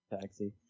taxi